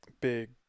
Big